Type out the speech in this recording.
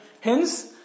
hence